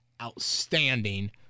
outstanding